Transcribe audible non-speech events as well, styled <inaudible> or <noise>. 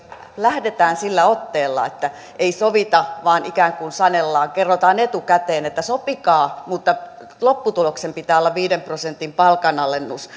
lähdetään sillä otteella että ei sovita vaan ikään kuin sanellaan kerrotaan etukäteen että sopikaa mutta lopputuloksen pitää olla viiden prosentin palkanalennus <unintelligible>